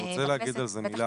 אני רוצה להגיד על זה מילה.